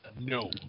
no